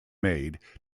made